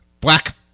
black